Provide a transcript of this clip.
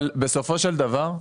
בסופו של דבר,